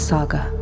Saga